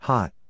Hot